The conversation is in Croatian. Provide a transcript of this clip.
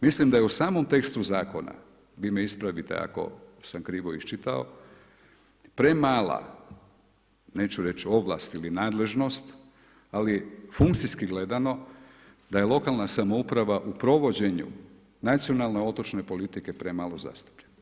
Mislim da u samom tekstu zakona, vi me ispravite ako sam krivo iščitao, premala neću reći ovlast ili nadležnost ali funkcijski gledano, da je lokalna samouprava u provođenju nacionalne otočke politike premalo zastupljena.